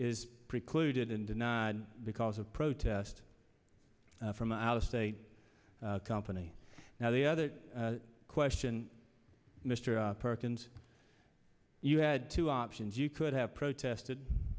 is precluded in denied because of protest from out of state company now the other question mr perkins you had two options you could have protested